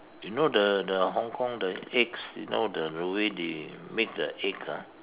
you know the the Hong-Kong the eggs you know the the way they make the egg ah